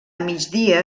migdia